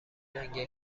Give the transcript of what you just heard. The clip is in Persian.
لنگه